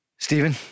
Stephen